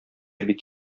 бик